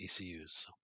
ECUs